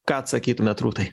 ką atsakytumėt rūtai